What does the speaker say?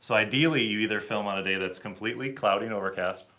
so ideally, you either film on a day that's completely cloudy and overcast,